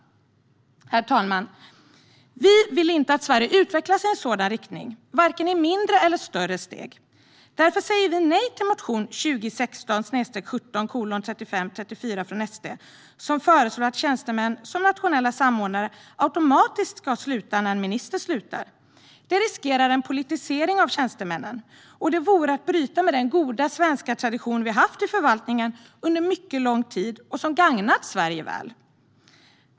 Herr talman! Vi vill inte att Sverige utvecklas i en sådan riktning, vare sig i mindre eller större steg. Därför säger vi nej till motion 2016/17:3534 från SD, där man föreslår att tjänstemän som nationella samordnare automatiskt ska sluta när en minister slutar. Det riskerar att leda till en politisering av tjänstemännen, och det vore att bryta med den goda svenska tradition vi har haft i förvaltningen under mycket lång tid och som har gagnat Sverige väl.